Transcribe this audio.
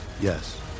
Yes